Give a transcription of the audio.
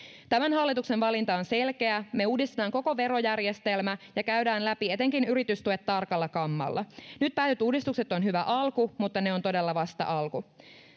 tämän hallituksen valinta on selkeä me uudistamme koko verojärjestelmän ja käymme läpi etenkin yritystuet tarkalla kammalla nyt päätetyt uudistukset ovat hyvä alku mutta ne ovat todella vasta alku